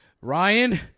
Ryan